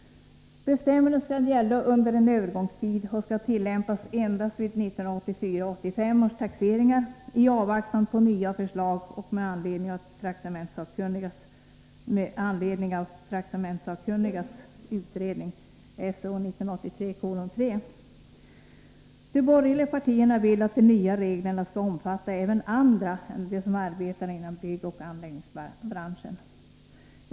Bestämmelserna skall vidare gälla under en övergångstid och skall tillämpas endast vid 1984 och 1985 års taxeringar, i avvaktan på nya förslag med anledning av traktamentssakkunnigas utredning . De borgerliga partierna vill att de nya reglerna skall omfatta även andra än de som arbetar inom byggoch anläggningsbranschen.